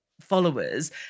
followers